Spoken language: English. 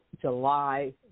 July